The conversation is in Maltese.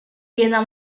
jiena